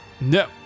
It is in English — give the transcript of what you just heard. No